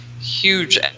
huge